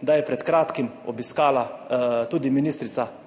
da je pred kratkim obiskala tudi ministrica